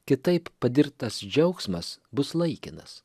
kitaip patirtas džiaugsmas bus laikinas